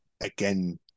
again